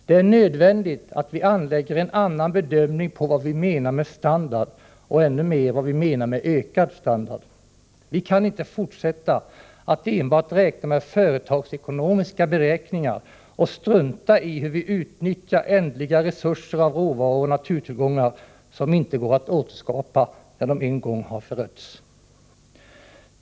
Det är nödvändigt att vi på ett annat sätt bedömer vad vi menar med standard och framför allt vad vi menar med ökad standard. Vi kan inte fortsätta att enbart ta hänsyn till företagsekonomiska beräkningar och strunta i hur vi utnyttjar ändliga resurser av råvaror och naturtillgångar som inte går att återskapa när de en gång förötts.